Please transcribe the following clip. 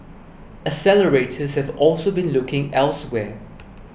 accelerators have also been looking elsewhere